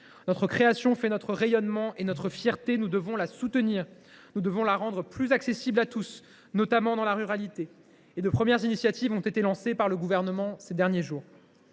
Notre création fait notre rayonnement et notre fierté : nous devons la soutenir et la rendre plus accessible à tous, notamment dans la ruralité. De premières initiatives ont été lancées par le Gouvernement ces derniers jours.